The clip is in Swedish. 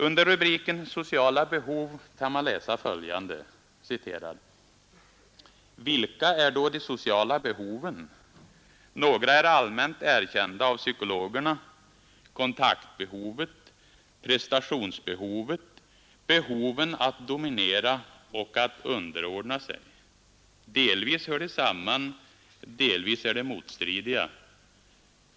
Under rubriken Sociala behov kan man läsa följande. ”Vilka är då de sociala behoven? Nägra är allmänt erkända av psykologerna: kontaktbehovet. prestationsbehovet, behoven att dominera och att underordna sig. Delvis hör de samman, delvis är de motstridiga.